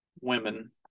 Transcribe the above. women